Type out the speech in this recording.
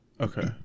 okay